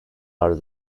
are